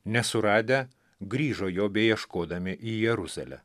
nesuradę grįžo jo beieškodami į jeruzalę